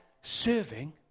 serving